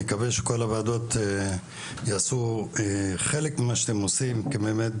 אני מקווה שכל הוועדות יעשו חלק ממה שאתם עושים כדי באמת